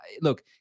look